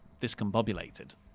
discombobulated